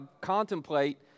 contemplate